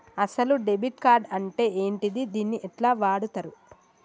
అసలు debit card అంటే ఏంటిది? దీన్ని ఎట్ల వాడుతరు?